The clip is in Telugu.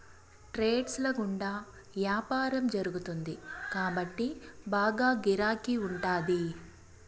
ట్రేడ్స్ ల గుండా యాపారం జరుగుతుంది కాబట్టి బాగా గిరాకీ ఉంటాది